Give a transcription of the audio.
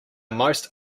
most